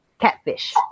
catfish